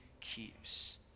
keeps